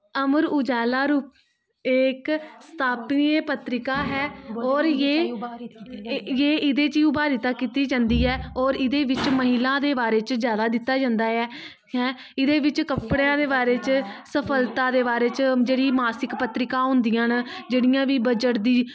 अमर उज़ाला एह् इक सप्ताहिक पत्रिका ऐ और एह् एह्दे च उभारिता कीती जंदी ऐ और एह्दे बिच्च महिलाएं दे बिच्च जादा दित्ता जंदा ऐ एह्दे बिच्च कपड़ेआं दे बारे च सफलदा उंदे बारे चे जेह्ड़ी पत्रिकां होंदियां न जेह्ड़ियां बी बजट दी